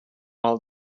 all